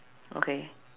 okay